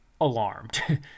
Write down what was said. alarmed